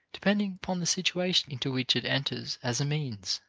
depending upon the situation into which it enters as a means.